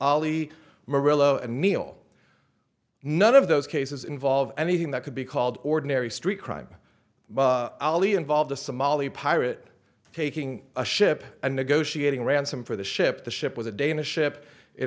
neal none of those cases involve anything that could be called ordinary street crime ali involved a somali pirate taking a ship and negotiating ransom for the ship the ship was a danish ship it